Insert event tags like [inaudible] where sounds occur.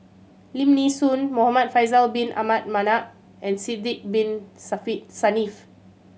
Lim Nee Soon Muhamad Faisal Bin Abdul Manap and Sidek Bin [unintelligible] Saniff